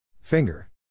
Finger